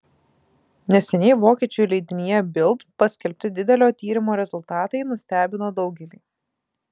neseniai vokiečių leidinyje bild paskelbti didelio tyrimo rezultatai nustebino daugelį